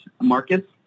markets